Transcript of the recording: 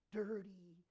dirty